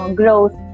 growth